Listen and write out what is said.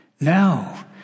Now